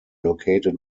located